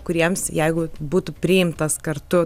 kuriems jeigu būtų priimtas kartu